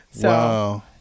wow